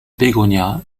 bégonia